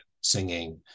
singing